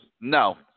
No